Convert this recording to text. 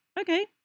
okay